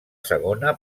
segona